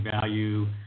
value